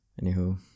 Anywho